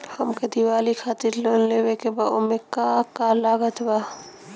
हमके दिवाली खातिर लोन लेवे के बा ओमे का का लागत बा?